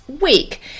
week